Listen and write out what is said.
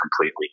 completely